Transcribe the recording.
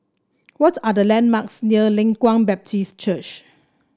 what are the landmarks near Leng Kwang Baptist Church